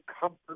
comfort